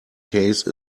case